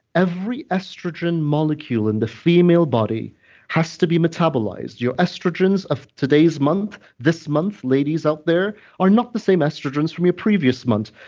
every estrogen molecule in the female body has to be metabolized your estrogens of today's month, this month, ladies out there, are not the same estrogens from your previous month.